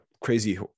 crazy